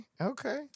Okay